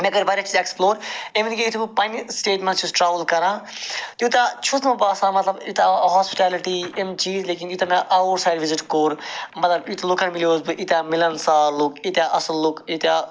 مےٚ کٔرۍ واریاہ چیٖز ایٚکسپلور اِوٕن کہِ یُتھُے بہٕ پنٛنہِ سٹیٹہِ مَنٛز چھُس ٹرٛاوٕل کران تیوٗتاہ چھُس نہٕ بہٕ باسان مَطلَب یوٗتاہ ہاسپِٹیلِٹی یِم چیٖز لیکِن یوٗتاہ مےٚ اَوُٹ سایڈ وِزِٹ کوٚر مَطلَب یِتھ لُکَن مِلیووُس بہٕ ییٖتیٛاہ مِلَن سار لُکھ ییٖتیٛاہ اصٕل لُکھ ییٖتیٛاہ